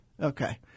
Okay